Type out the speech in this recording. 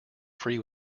free